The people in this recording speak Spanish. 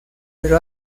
pero